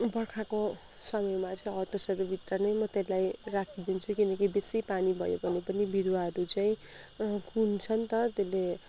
बर्खाको समयमा चाहिँ हट हाउसहरूभित्र नै म त्यसलाई राखिदिन्छु किनकि बेसी पानी भयो भने पनि बिरुवाहरू चाहिँ कुहिन्छ नि त त्यसले